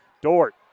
Dort